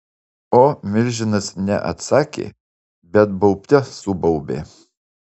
o milžinas ne atsakė bet baubte subaubė